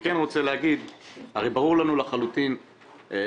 אני כן רוצה להגיד שהרי ברור לנו לחלוטין שאנחנו